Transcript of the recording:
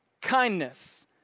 kindness